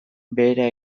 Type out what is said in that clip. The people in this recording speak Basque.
behera